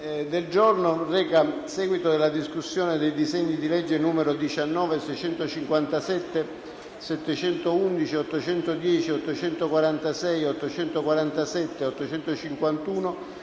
del giorno reca il seguito della discussione dei disegni di legge nn. 19, 657, 711, 810, 846, 847, 851